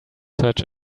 search